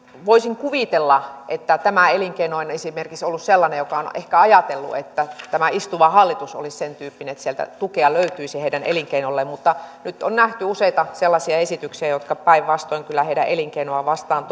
voisin kuvitella että tämä elinkeino on esimerkiksi ollut sellainen jossa on ehkä ajateltu että tämä istuva hallitus olisi sentyyppinen että sieltä tukea löytyisi heidän elinkeinolleen mutta nyt on nähty useita sellaisia esityksiä jotka päinvastoin kyllä toimivat heidän elinkeinoaan vastaan